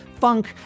funk